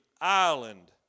island